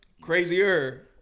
Crazier